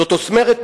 זאת אומרת,